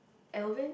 Alvin